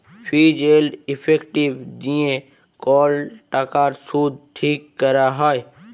ফিজ এল্ড ইফেক্টিভ দিঁয়ে কল টাকার সুদ ঠিক ক্যরা হ্যয়